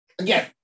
Again